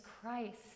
Christ